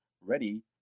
ready